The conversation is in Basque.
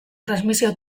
transmisio